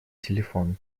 телефон